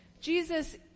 Jesus